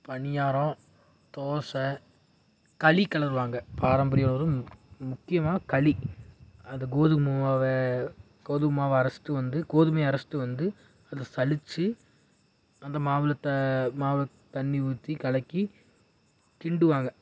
பணியாரம் தோசை களி கிளறுவாங்க பாரம்பரிய உணவு முக்கியமாக களி அந்த கோதுமை மாவை கோதுமை மாவை அரைச்சிட்டு வந்து கோதுமையை அரைச்சிட்டு வந்து அதை சலித்து அந்த மாவில் த மாவில் தண்ணி ஊற்றி கலக்கி கிண்டுவாங்க